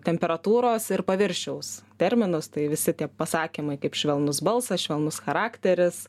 temperatūros ir paviršiaus terminus tai visi tie pasakymai kaip švelnus balsas švelnus charakteris